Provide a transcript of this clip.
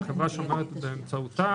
שהחברה שומרת באמצעותה,